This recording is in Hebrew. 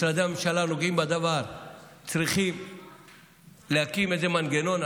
משרדי הממשלה הנוגעים בדבר צריכים להקים איזה מנגנון,